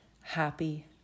happy